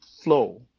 flow